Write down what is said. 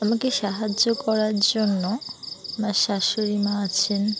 আমাকে সাহায্য করার জন্য আমার শাশুড়ি মা আছেন